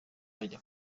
bajya